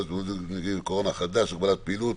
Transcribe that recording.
להתמודדות עם נגיף הקורונה החדש (הגבלת פעילות)